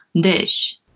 dish